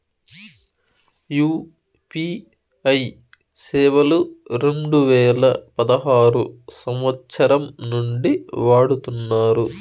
UPI సేవలు రెండు వేల పదహారు సంవచ్చరం నుండి వాడుతున్నారు